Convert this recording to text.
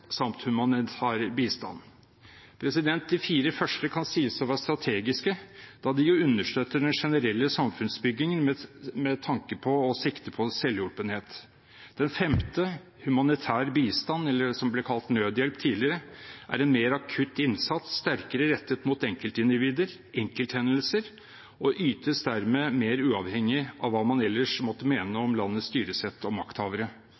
samt humanitær bistand. De fire første kan sies å være strategiske, da de jo understøtter den generelle samfunnsbyggingen med tanke på og sikte på selvhjulpenhet. Den femte, humanitær bistand, eller det som ble kalt nødhjelp tidligere, er en mer akutt innsats, sterkere rettet mot enkeltindivider, enkelthendelser, og ytes dermed mer uavhengig av hva man ellers måtte mene om landets styresett og makthavere.